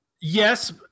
Yes